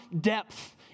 depth